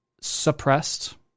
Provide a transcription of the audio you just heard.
suppressed